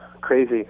crazy